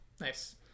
Nice